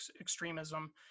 extremism